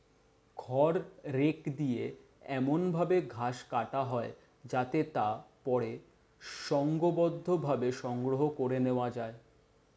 খড় রেক দিয়ে এমন ভাবে ঘাস কাটা হয় যাতে তা পরে সংঘবদ্ধভাবে সংগ্রহ করে নেওয়া যায়